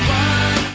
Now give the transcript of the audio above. one